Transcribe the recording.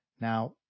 Now